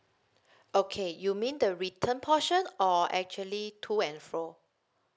okay you mean the return portion or actually to and fro